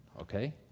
Okay